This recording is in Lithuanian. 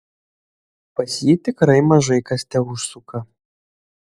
pas jį tikrai mažai kas teužsuka